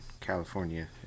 California